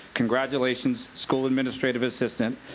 congratulations, school administrative assistant,